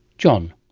john.